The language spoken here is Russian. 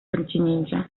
континенте